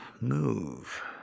move